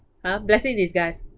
!huh! blessing in disguise